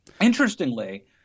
Interestingly